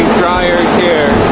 dryers here.